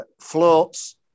floats